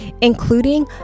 including